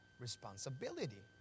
responsibility